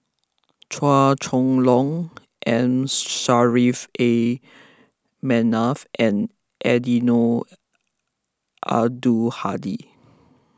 Chua Chong Long M A Manaf and Eddino Abdul Hadi